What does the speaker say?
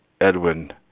Edwin